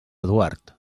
eduard